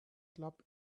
club